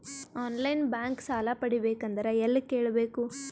On line bank ಸಾಲ ಪಡಿಬೇಕಂದರ ಎಲ್ಲ ಕೇಳಬೇಕು?